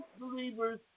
believers